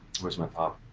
course my pop,